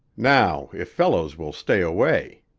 now, if fellows will stay away